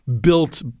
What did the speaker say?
built